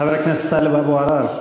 חבר הכנסת טלב אבו עראר.